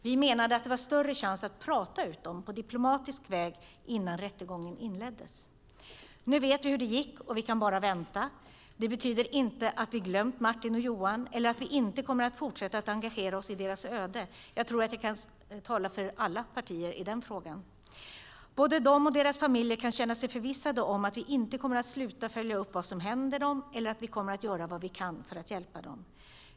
Vi menade att det var större chans att "prata ut dem" på diplomatisk väg innan rättegången inleddes. Nu vet vi hur det gick, och vi kan bara vänta. Det betyder inte att vi har glömt Martin och Johan eller att vi inte kommer att fortsätta att engagera oss i deras öde - jag tror att jag kan tala för alla partier i den frågan. Både de och deras familjer kan känna sig förvissade om att vi inte kommer att sluta följa upp vad som händer dem och att vi kommer att göra vad vi kan för att hjälpa dem.